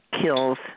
kills